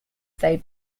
they